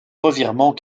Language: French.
revirement